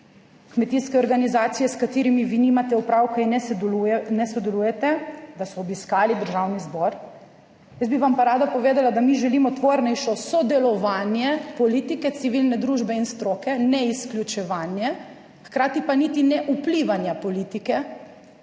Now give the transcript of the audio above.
kmetijske organizacije, s katerimi vi nimate opravka in ne sodelujete, da so obiskali Državni zbor. Jaz bi vam pa rada povedala, da mi želimo tvornejše sodelovanje politike, civilne družbe in stroke, ne izključevanje, hkrati pa niti ne vplivanja politike